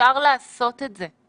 אפשר לעשות את זה.